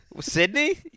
Sydney